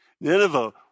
Nineveh